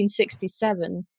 1967